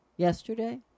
Yesterday